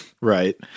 Right